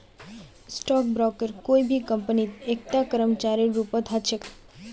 stock broker कोई भी कम्पनीत एकता कर्मचारीर रूपत ह छेक